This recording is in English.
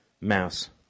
mouse